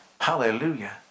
Hallelujah